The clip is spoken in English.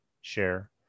share